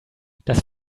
das